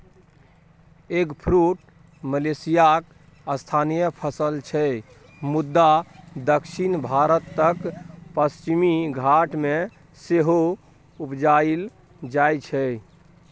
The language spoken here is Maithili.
एगफ्रुट मलेशियाक स्थानीय फसल छै मुदा दक्षिण भारतक पश्चिमी घाट मे सेहो उपजाएल जाइ छै